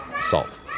Salt